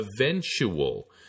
eventual